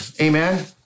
Amen